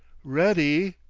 ready.